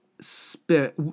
spirit